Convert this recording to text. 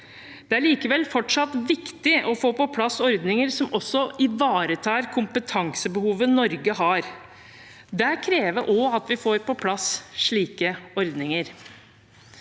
Det er likevel fortsatt viktig å få på plass ordninger som også ivaretar kompetansebehovet Norge har. Det krever at vi får på plass slike ordninger.